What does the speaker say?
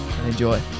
Enjoy